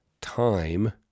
time